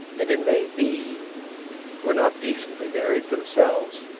and it may be were not decently buried themselves.